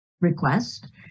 request